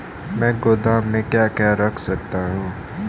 मैं गोदाम में क्या क्या रख सकता हूँ?